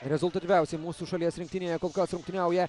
rezultatyviausiai mūsų šalies rinktinėje kol kas rungtyniauja